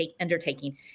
undertaking